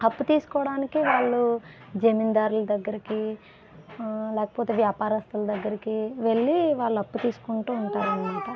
అప్పు తీసుకోవడానికి వాళ్ళు జమిందారుల దగ్గరకి లేకపోతే వ్యాపారస్తుల దగ్గరకి వెళ్ళి వాళ్ళు అప్పు తీసుకుంటూ ఉంటారన్నమాట